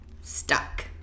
Stuck